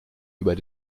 über